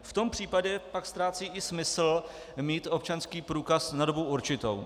V tom případě pak ztrácí i smysl mít občanský průkaz na dobu určitou.